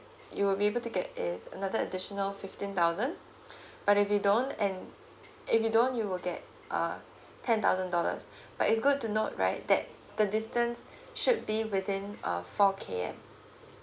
you will be able to get is another additional fifteen thousand but if you don't and if you don't you will get uh ten thousand dollars but it's good to note right that the distance should be within uh four K_M